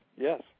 yes